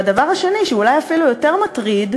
והדבר השני, שאולי אפילו יותר מטריד,